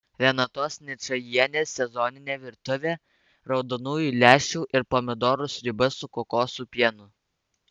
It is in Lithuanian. renatos ničajienės sezoninė virtuvė raudonųjų lęšių ir pomidorų sriuba su kokosų pienu